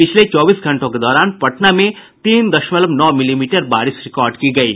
पिछले चौबीस घंटों के दौरान पटना में तीन दशमलव नौ मिलीमीटर बारिश रिकॉर्ड की गयी